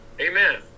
Amen